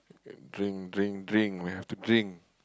drink drink drink we have to drink